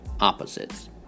Opposites